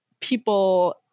people